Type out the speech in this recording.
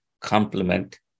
complement